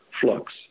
flux